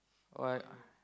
why